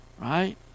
right